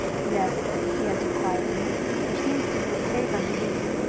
yes, he answered quietly there seems to be a cave underneath.